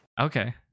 Okay